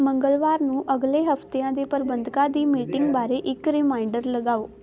ਮੰਗਲਵਾਰ ਨੂੰ ਅਗਲੇ ਹਫ਼ਤਿਆਂ ਦੇ ਪ੍ਰਬੰਧਕਾਂ ਦੀ ਮੀਟਿੰਗ ਬਾਰੇ ਇੱਕ ਰੀਮਾਈਂਡਰ ਲਗਾਓ